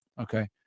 okay